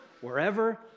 wherever